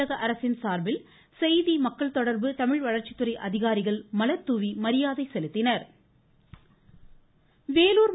தமிழக அரசின் சார்பில் செய்தி மக்கள் தொடர்பு தமிழ் வளர்ச்சித்துறை அதிகாரிகள் மலர் தூவி மரியாதை செலுத்தினர்